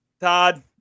todd